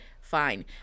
Fine